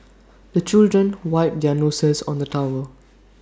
the children wipe their noses on the towel